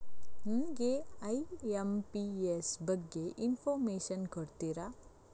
ನನಗೆ ಐ.ಎಂ.ಪಿ.ಎಸ್ ಬಗ್ಗೆ ಇನ್ಫೋರ್ಮೇಷನ್ ಕೊಡುತ್ತೀರಾ?